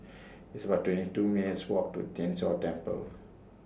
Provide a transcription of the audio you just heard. It's about twenty two minutes' Walk to Tien Chor Temple